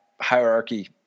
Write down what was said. hierarchy